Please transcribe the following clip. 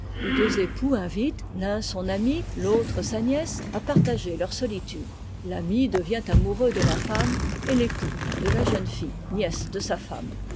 les deux époux invitent l'un son ami l'autre sa nièce à partager leur solitude l'ami devient amoureux de la femme et l'époux de la jeune fille nièce de sa femme